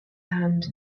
hand